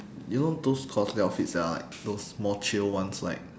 you know those cosplay outfits that are like those more chill ones like